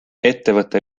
ettevõte